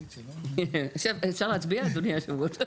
כשברקע הדברים,